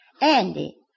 Andy